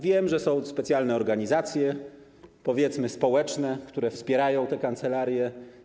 Wiem, że są specjalne organizacje, powiedzmy, że są one społeczne, które wspierają te kancelarie.